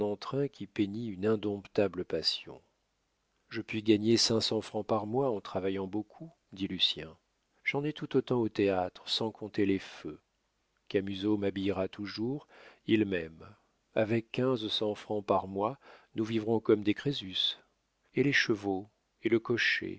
qui peignit une indomptable passion je puis gagner cinq cents francs par mois en travaillant beaucoup dit lucien j'en ai tout autant au théâtre sans compter les feux camusot m'habillera toujours il m'aime avec quinze cents francs par mois nous vivrons comme des crésus et les chevaux et le cocher